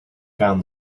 found